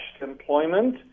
employment